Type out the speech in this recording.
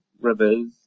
rivers